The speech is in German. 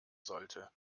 sollte